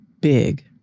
big